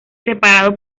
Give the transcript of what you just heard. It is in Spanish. separado